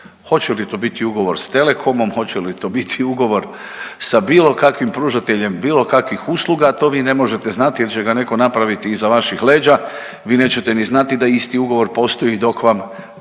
Hoće li to biti ugovor s Telekomom, hoće li to biti ugovor sa bilo kakvim pružateljem bilo kakvih usluga to vi ne možete znati jer će ga neko napraviti iza vaših leđa, vi nećete ni znati da isti ugovor postoji dok vam prva